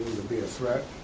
be a threat.